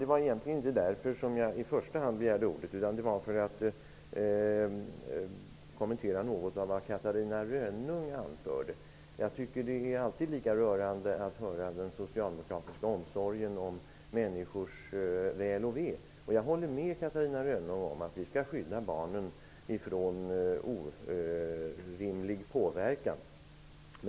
Det var egentligen inte i första hand därför jag begärde ordet. Det var för att kommentera något av vad Catarina Rönnung anförde. Det är alltid lika rörande att höra den socialdemokratiska omsorgen om människors väl och ve. Jag håller med Catarina Rönnung om att vi skall skydda barnen från orimlig påverkan.